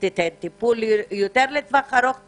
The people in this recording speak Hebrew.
תיתן טיפול לטווח ארוך יותר.